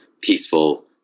peaceful